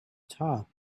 top